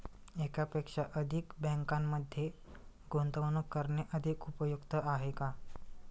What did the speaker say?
एकापेक्षा अधिक बँकांमध्ये गुंतवणूक करणे अधिक उपयुक्त आहे का?